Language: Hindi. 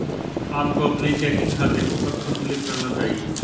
आपको अपने चेकिंग खाते को कब संतुलित करना चाहिए?